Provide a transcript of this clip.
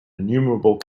innumerable